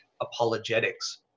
apologetics